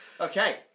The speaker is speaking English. Okay